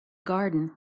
garden